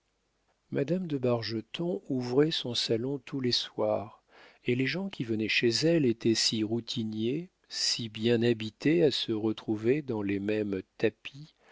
madame de bargeton ouvrait son salon tous les soirs et les gens qui venaient chez elle étaient si routiniers si bien habitués à se retrouver devant les mêmes tapis